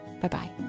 Bye-bye